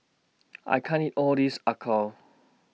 I can't eat All This Acar